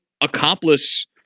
accomplice